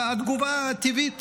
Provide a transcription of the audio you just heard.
התגובה הטבעית